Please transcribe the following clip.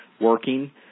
working